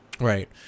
right